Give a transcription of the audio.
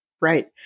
Right